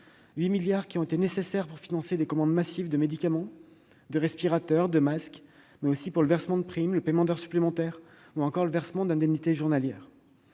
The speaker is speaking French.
supplémentaires qui ont été mobilisés pour financer des commandes massives de médicaments, de respirateurs ou de masques, mais aussi pour le versement de primes, le paiement d'heures supplémentaires ou encore le versement d'indemnités journalières.